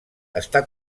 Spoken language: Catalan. està